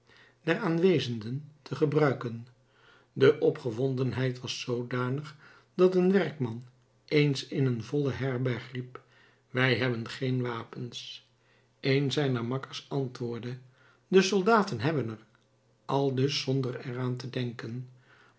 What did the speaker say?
der aanwezenden te gebruiken de opgewondenheid was zoodanig dat een werkman eens in een volle herberg riep wij hebben geen wapens een zijner makkers antwoordde de soldaten hebben er aldus zonder er aan te denken